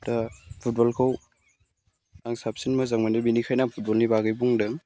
दा फुटबलखौ आं साबसिन मोजां मोनो बेनिखायनो आं फुटबलनि बागै बुंदों